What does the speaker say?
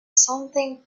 something